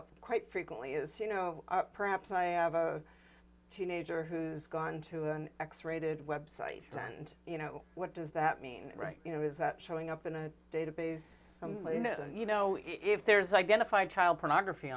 up quite frequently is you know perhaps i have a teenager who's gone to an x rated website and you know what does that mean right you know is that showing up in a database you know you know if there's identified child pornography